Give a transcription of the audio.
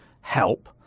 help